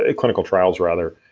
ah clinical trials rather,